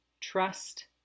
trust